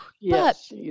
Yes